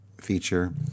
feature